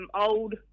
old